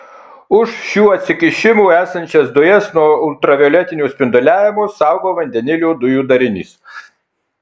už šių atsikišimų esančias dujas nuo ultravioletinio spinduliavimo saugo vandenilio dujų darinys